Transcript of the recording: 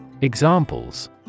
Examples